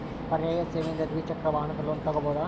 ಪರ್ಯಾಯ ಸೇವೆಯಿಂದ ದ್ವಿಚಕ್ರ ವಾಹನದ ಲೋನ್ ತಗೋಬಹುದಾ?